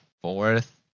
fourth